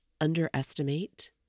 underestimate